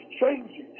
changing